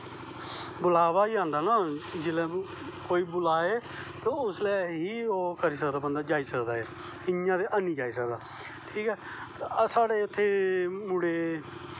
बलावा होई जंदा जिसलै ना कोई बलाए ते उसलै एही जाई सकदा बंदा इयां ते हैनी जाई सकदा ठीक ऐ साढ़े इत्थें मुड़े